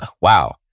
wow